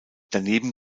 daneben